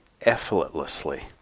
effortlessly